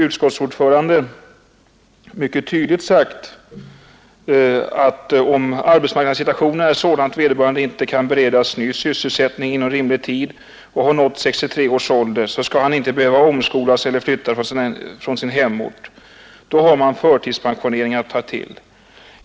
Utskottets ordförande har mycket tydligt förklarat, att om arbetsmarknadssituationen är sådan att vederbörande inte kan beredas ny sysselsättning inom rimlig tid och har uppnått 63 års ålder skall han inte behöva omskolas eller flytta från sin hemort. Då har man förtidspensionering att ta till.